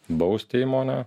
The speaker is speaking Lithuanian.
bausti įmonę